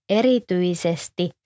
erityisesti